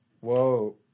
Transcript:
Whoa